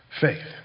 faith